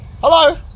hello